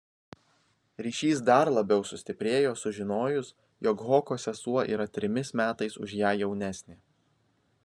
ryšys dar labiau sustiprėjo sužinojus jog hoko sesuo yra trimis metais už ją jaunesnė